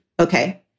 Okay